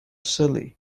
silly